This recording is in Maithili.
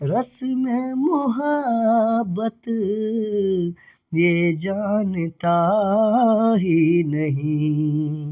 रस्मे मोहब्बत ये जानता ही नहीं